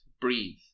breathe